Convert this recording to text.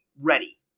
ready